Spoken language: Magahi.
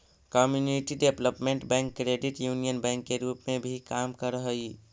community development bank credit union bank के रूप में भी काम करऽ हइ